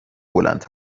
بلند